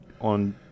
on